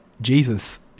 Jesus